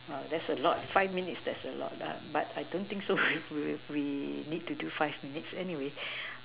oh that's a lot five minutes that's a lot but I don't think so we we need to do five minutes anyway